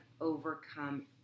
overcome